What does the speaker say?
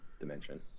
dimension